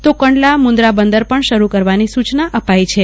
તો કંડલા મંદરા બંદર પણ શરૂ કરવાની સુચના અપાઈ છે